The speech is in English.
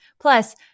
Plus